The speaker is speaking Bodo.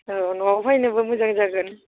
औ न'आव फैनोबो मोजां जागोन